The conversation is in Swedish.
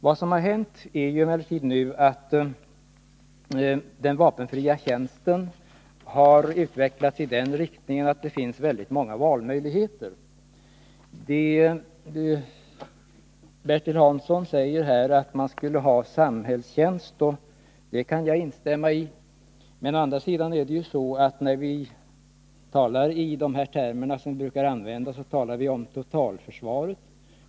Vad som har hänt är emellertid att den vapenfria tjänsten har utvecklats så att den nu erbjuder många valmöjligheter. Bertil Hansson säger att man bör kunna få samhällstjänst, och det kan jag instämma i. Men å andra sidan är det så att vi här talar om totalförsvaret.